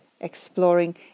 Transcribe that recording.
exploring